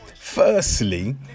firstly